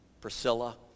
Priscilla